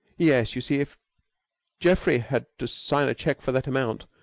yes. you see, if geoffrey had to sign a check for that amount,